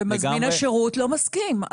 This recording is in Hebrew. ומזמין השירות לא מסכים.